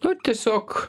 nu tiesiog